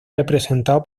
representado